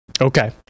Okay